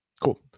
Cool